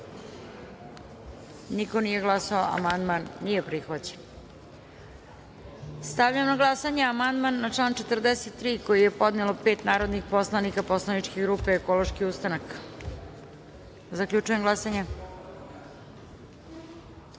niko nije glasao. Konstatujem da amandman nije prihvaćen. Stavljam na glasanje amandman na član 3. koji je podnelo pet narodnih poslanika poslaničke grupe Ekološki ustanak. Zaključujem glasanje: